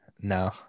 No